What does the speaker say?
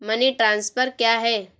Money transfer क्या है?